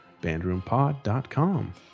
bandroompod.com